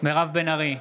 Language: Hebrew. מירב בן ארי,